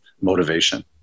motivation